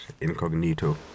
incognito